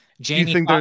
Jamie